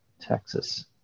Texas